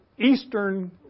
Eastern